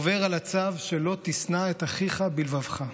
עובר על הצו של "לא תשנא את אחיך בלבבך".